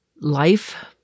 life